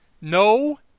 No